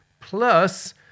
Plus